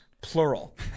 plural